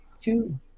two